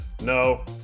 No